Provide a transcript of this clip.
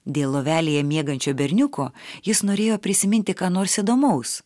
dėl lovelėje miegančio berniuko jis norėjo prisiminti ką nors įdomaus